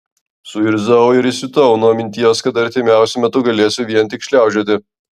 suirzau ir įsiutau nuo minties kad artimiausiu metu galėsiu vien tik šliaužioti